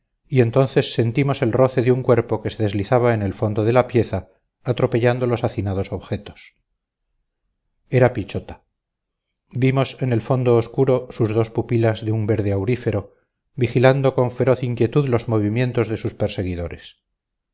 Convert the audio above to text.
y entonces sentimos el roce de un cuerpo que se deslizaba en el fondo de la pieza atropellando los hacinados objetos era pichota vimos en el fondo oscuro sus dos pupilas de un verde aurífero vigilando con feroz inquietud los movimientos de sus perseguidores